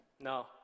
no